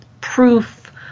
proof